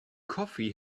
coffee